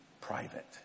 private